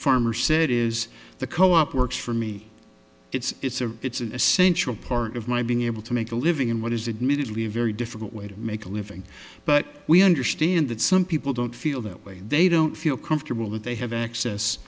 farmer said is the co op works for me it's a it's an essential part of my being able to make a living in what is it merely a very difficult way to make a living but we understand that some people don't feel that way they don't feel comfortable that they have access